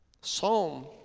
Psalm